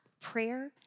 prayer